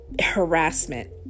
harassment